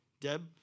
Deb